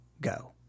go